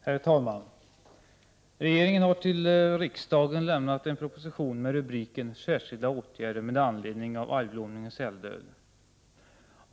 Herr talman! Regeringen har till riksdagen lämnat en proposition med NING OCK Säll rubriken Särskilda åtgärder med anledning av algblomning och säldöd.